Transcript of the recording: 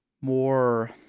more